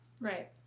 Right